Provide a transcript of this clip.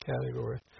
category